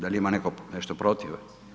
Da li ima netko nešto protiv?